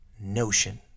notion